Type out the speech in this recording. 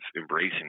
embracing